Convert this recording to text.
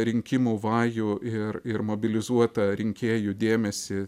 rinkimų vajų ir ir mobilizuotą rinkėjų dėmesį